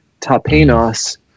tapenos